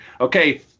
okay